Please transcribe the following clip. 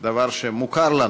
דבר שמוכר לנו,